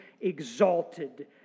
exalted